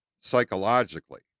Psychologically